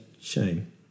shame